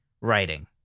writing